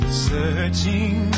searching